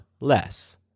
less